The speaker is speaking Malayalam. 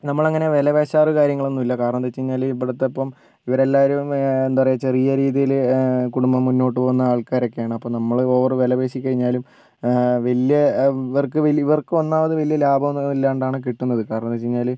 നമ്മൾ അങ്ങനെ വിലപേശാറ് കാര്യങ്ങളൊന്നും ഇല്ല കാരണം എന്താണെന്ന് വെച്ച് കഴിഞ്ഞാൽ ഇവിടുത്തെ ഇപ്പോൾ ഇവർ എല്ലാവരും എന്താണ് പറയുക ചെറിയ രീതിയിൽ കുടുംബം മുന്നോട്ട് പോകുന്ന ആൾക്കാരൊക്കെയാണ് അപ്പോൾ നമ്മൾ ഓവർ വിലപേശിക്കഴിഞ്ഞാലും വലിയ ഇവർക്ക് വലിയ ഇവർക്ക് ഒന്നാമത് വലിയ ലാഭം ഒന്നും ഇല്ലാണ്ടാണ് കിട്ടുന്നത് കാരണം എന്താണെന്ന് വെച്ച് കഴിഞ്ഞാൽ